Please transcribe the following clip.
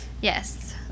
Yes